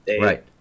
Right